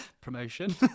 promotion